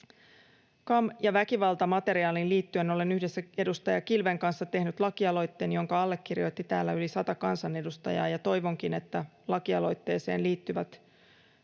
CAM- ja väkivaltamateriaaliin liittyen olen yhdessä edustaja Kilven kanssa tehnyt lakialoitteen, jonka allekirjoitti täällä yli 100 kansanedustajaa. Toivonkin, että lakialoitteeseen liittyvät